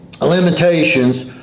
limitations